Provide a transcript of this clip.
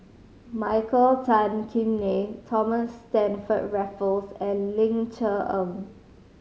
Michael Tan Kim Nei Thomas Stamford Raffles and Ling Cher Eng